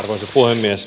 arvoisa puhemies